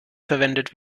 verwendet